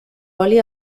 oli